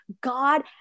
God